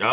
oh.